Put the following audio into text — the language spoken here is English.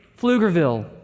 Pflugerville